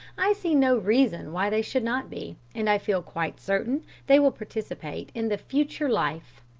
i see no reason why they should not be, and i feel quite certain they will participate in the future life.